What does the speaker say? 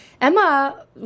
Emma